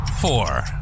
four